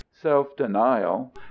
self-denial